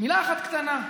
מילה אחת קטנה: